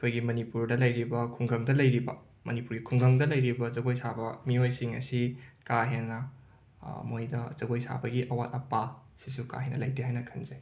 ꯑꯩꯈꯣꯏꯒꯤ ꯃꯅꯤꯄꯨꯔꯗ ꯂꯩꯔꯤꯕ ꯈꯨꯡꯒꯪꯗ ꯂꯩꯔꯤꯕ ꯃꯅꯤꯄꯨꯔꯤ ꯈꯨꯡꯒꯪꯗ ꯂꯩꯔꯤꯕ ꯖꯒꯣꯏ ꯁꯥꯕ ꯃꯤꯑꯣꯏꯁꯤꯡ ꯑꯁꯤ ꯀꯥ ꯍꯦꯟꯅ ꯃꯣꯏꯗ ꯖꯒꯣꯏ ꯁꯥꯕꯒꯤ ꯑꯋꯥꯠ ꯑꯄꯥꯁꯤꯁꯨ ꯀꯥ ꯍꯦꯟꯅ ꯂꯩꯇꯦ ꯍꯥꯏꯅ ꯈꯟꯖꯩ